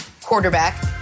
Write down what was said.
quarterback